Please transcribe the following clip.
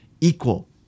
equal